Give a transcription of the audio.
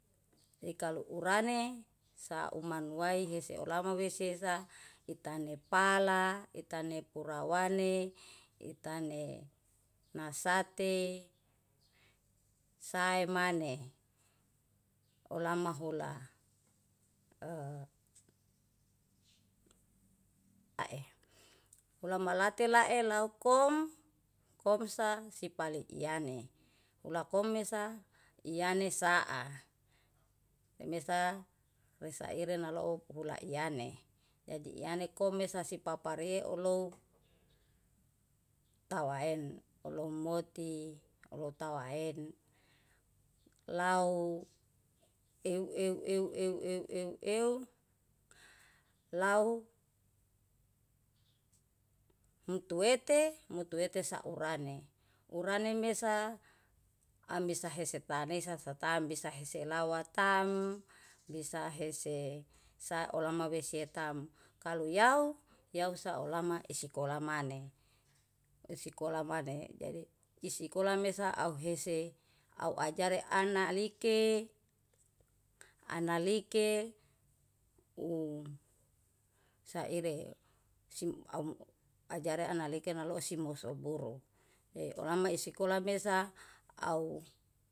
Likalu urane sauman wae hese olama wesesa ita nepala, itane pura wane, itane nasate, saemane, olama hula e ae. Ulama late lae lau kom komsa sipali iyane, ulakomesa iyane saa, mesa wesaire nalou hula iyane. Jaji iyane komesa sipaparie ulou taween olomoti olotawaen lau euw euw euw euw euw lau mutuwete, mutuwete saurane. Urane mesa amesa hesetanesa satam besahese lawatam, bisa hese saolamawese tam, kalu yau saolama isikolamamane. Isikola mane jaji iskola mesa auw hese, auw ajare ana like, ana like u saire sim aum ajare analiki nalosi moso buru e orama isikola mesa auw.